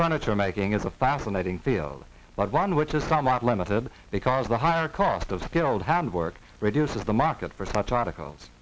furniture making is a fascinating field but one which is somewhat limited because the higher cost of skilled hand work reduces the market for such articles